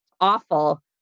awful